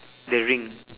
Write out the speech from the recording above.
the ring